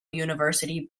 university